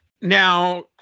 Now